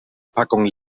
packung